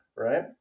Right